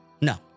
No